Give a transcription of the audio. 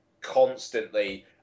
constantly